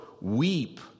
weep